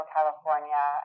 California